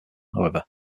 however